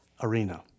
arena